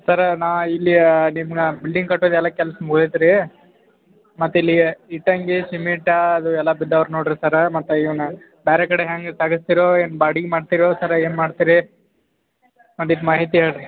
ಸರ್ರ ನಾನು ಇಲ್ಲಿ ನಿಮ್ಮ ಬಿಲ್ಡಿಂಗ್ ಕಟ್ಟೋದೆಲ್ಲ ಕೆಲ್ಸ ಮುಗ್ದೈತೆ ರೀ ಮತ್ತು ಇಲ್ಲಿ ಇಟ್ಟಿಗೆ ಸಿಮಿಂಟಾ ಅದು ಎಲ್ಲ ಬಿದ್ದಿವ್ರ್ ನೋಡಿರಿ ಸರ್ರ ಮತ್ತು ಇವನ್ನ ಬೇರೆ ಕಡೆ ಹೆಂಗೆ ಸಾಗಿಸ್ತೀರೋ ಏನು ಬಾಡ್ಗೆ ಮಾಡ್ತೀರೋ ಸರ್ರ ಏನು ಮಾಡ್ತೀರಿ ಒಂದಿಷ್ಟು ಮಾಹಿತಿ ಹೇಳ್ರಿ